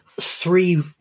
three